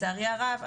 לצערי הרב,